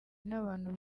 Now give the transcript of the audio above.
n’abantu